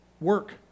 work